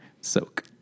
Soak